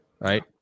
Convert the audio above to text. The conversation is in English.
right